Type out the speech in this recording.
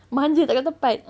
manja tak kena tempat